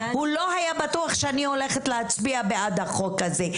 הוא לא היה בטוח שאני הולכת להצביע בעד החוק הזה.